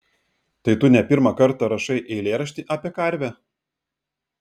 tai tu ne pirmą kartą rašai eilėraštį apie karvę